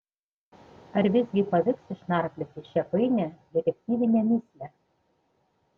ar visgi pavyks išnarplioti šią painią detektyvinę mįslę